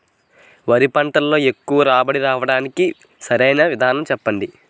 వరి పంటలో ఎక్కువ రాబడి రావటానికి సరైన విధానం చెప్పండి?